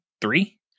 three